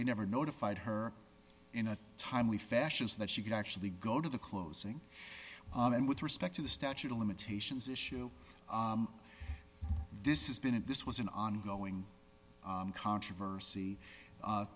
they never notified her in a timely fashion so that she could actually go to the closing and with respect to the statute of limitations issue this is been and this was an ongoing controversy